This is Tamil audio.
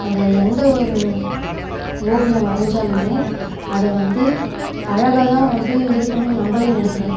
நம்ம எந்த ஒரு ஓவியம் வரஞ்சாலும் அது வந்து அழகாக தான் வந்து இருக்கணுன்னு நம்மளே நினப்போம்